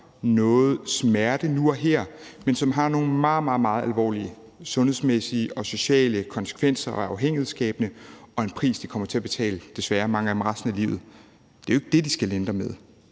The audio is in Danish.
noget smerte nu og her, men som har nogle meget, meget alvorlige sundhedsmæssige og sociale konsekvenser og er afhængighedsskabende, og det er en pris, mange af dem desværre kommer til at betale resten af livet. Det er jo ikke det, de skal lindre med.